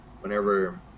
whenever